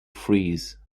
frees